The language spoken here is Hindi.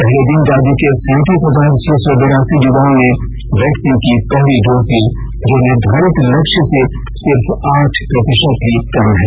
पहले दिन राज्य के सैतीस हजार छह सौ बेरासी युवाओं ने वैक्सीन की पहली डोज ली जो निर्धारित लक्ष्य से सिर्फ आठ प्रतिशत ही कम है